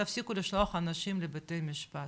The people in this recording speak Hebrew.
בנוסף, תפסיקו לשלוח אנשים לבתי משפט,